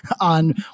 on